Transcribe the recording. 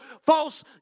false